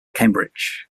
cambridge